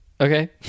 Okay